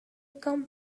come